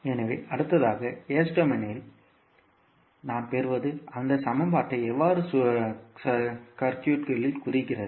எனவே அடுத்ததாக S டொமைனில் நாம் பெறுவது அந்த சமன்பாட்டை எவ்வாறு சுற்றுகளில் குறிக்கிறது